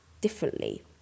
differently